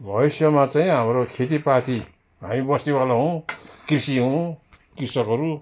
भविष्यमा चाहिँ हाम्रो खेतीपाती हामी बस्तीवाला हौँ कृषि हौँ कृषकहरू